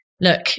look